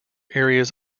areas